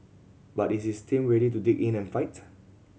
but is his team ready to dig in and fight